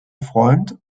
freund